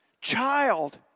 child